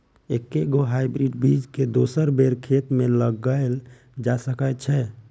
एके गो हाइब्रिड बीज केँ दोसर बेर खेत मे लगैल जा सकय छै?